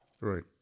right